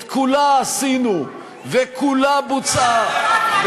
את כולה עשינו וכולה בוצעה,